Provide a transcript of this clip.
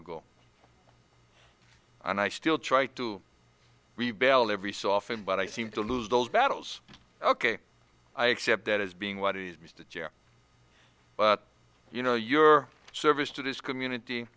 ago and i still try to rebuild every so often but i seem to lose those battles ok i accept that as being what it is mister but you know your service to this community